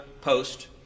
Post